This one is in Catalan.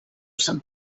sant